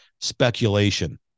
speculation